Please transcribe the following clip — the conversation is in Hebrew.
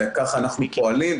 וכך אנחנו פועלים,